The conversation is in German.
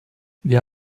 wir